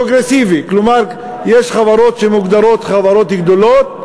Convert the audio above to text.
פרוגרסיבי, כלומר יש חברות שמוגדרות חברות גדולות,